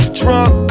drunk